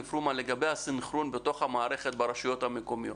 פרומן על הסנכרון בתוך המערכת ברשויות המקומיות.